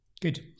Good